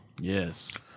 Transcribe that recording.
Yes